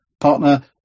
partner